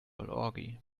orgy